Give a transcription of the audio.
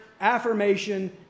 affirmation